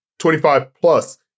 25-plus